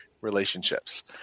relationships